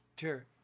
Sure